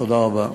תודה רבה.